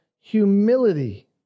humility